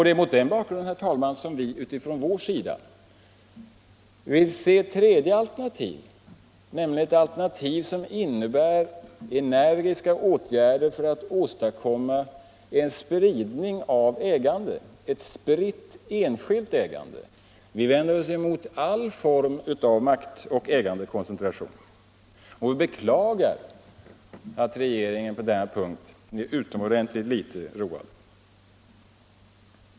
Det är mot denna bakgrund, herr talman, som vi vill se ett tredje alternativ, som innebär energiska åtgärder för att åstadkomma en spridning av ägandet, ett spritt enskilt ägande. Vi vänder oss emot alla former av makt och ägandekoncentration, och vi beklagar att regeringen på denna punkt är utomordentligt litet road.